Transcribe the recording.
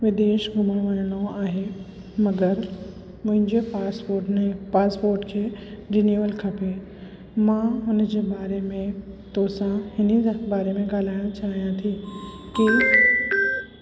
विदेश घुमणु वञिणो आहे मगर मुंहिंजे पासपोर्ट में पासपोर्ट खे रिन्यूवल खपे मां उनजे बारे में तोसां हिन बारे में ॻाल्हाइणु चाहियां थी कि